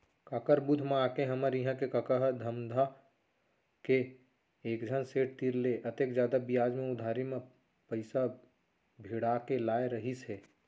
काकर बुध म आके हमर इहां के कका ह धमधा के एकझन सेठ तीर ले अतेक जादा बियाज म उधारी म पइसा भिड़ा के लाय रहिस हे